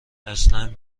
اصلا